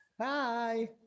Hi